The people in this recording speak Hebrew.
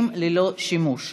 כי הונחה היום על שולחן הכנסת,